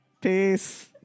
Peace